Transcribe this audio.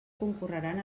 concorreran